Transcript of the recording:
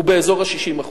הוא באזור ה-60%.